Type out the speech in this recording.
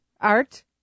Art